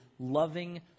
loving